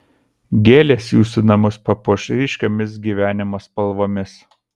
gėlės jūsų namus papuoš ryškiomis gyvenimo spalvomis